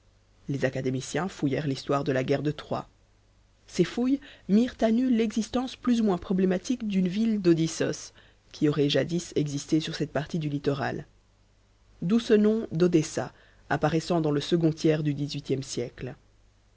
les académiciens fouillèrent l'histoire de la guerre de troie ces fouilles mirent à nu l'existence plus ou moins problématique d'une ville d'odyssos qui aurait jadis existé sur cette partie du littoral d'où ce nom d'odessa apparaissant dans le second tiers du dix-huitième siècle